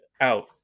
out